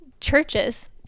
churches